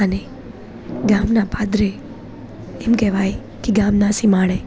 અને ગામના પાદરે એમ કહેવાય કે ગામના સિમાડે